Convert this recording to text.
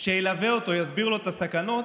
שילווה אותו, יסביר לו את הסכנות,